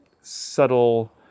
subtle